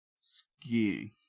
skiing